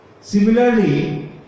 Similarly